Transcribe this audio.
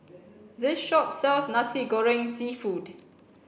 this shop sells Nasi Goreng Seafood